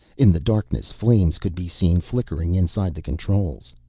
in the darkness flames could be seen flickering inside the controls.